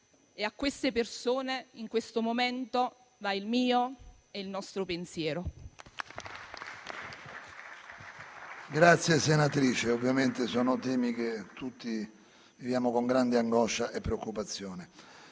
e a queste persone in questo momento va il mio e il nostro pensiero.